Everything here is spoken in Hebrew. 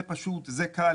זה פשוט, זה קל.